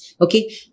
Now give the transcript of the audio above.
Okay